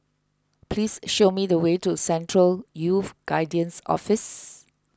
please show me the way to Central Youth Guidance Office